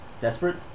Desperate